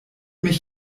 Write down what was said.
mich